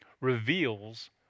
reveals